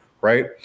Right